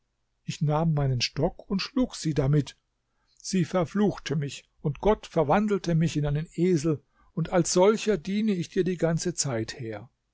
ich nahm meinen stock und schlug sie damit sie verfluchte mich und gott verwandelte mich in einen esel und als solcher diene ich dir die ganze zeit her